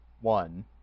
one